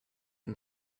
and